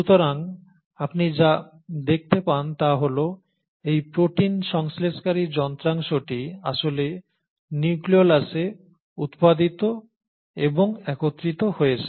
সুতরাং আপনি যা দেখতে পান তা হল এই প্রোটিন সংশ্লেষকারী যন্ত্রাংশটি আসলে নিউক্লিয়লাসে উত্পাদিত এবং একত্রিত হয়েছে